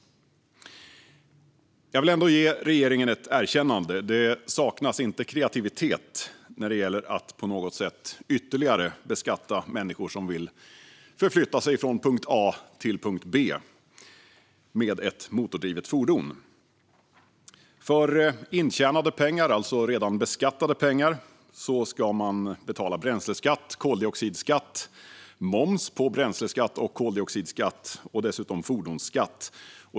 Jag vill ändå ge regeringen ett erkännande: Det saknas inte kreativitet när det gäller att på något sätt ytterligare beskatta människor som vill förflytta sig från punkt A till punkt B med ett motordrivet fordon. För intjänade och redan beskattade pengar ska man betala bränsleskatt, koldioxidskatt, moms på bränsleskatt och koldioxidskatt och dessutom fordonsskatt.